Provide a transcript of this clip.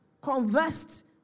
conversed